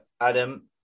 Adam